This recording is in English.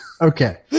Okay